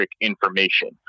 information